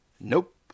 Nope